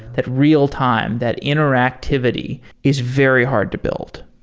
that real-time, that interactivity is very hard to build